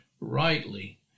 rightly